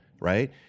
right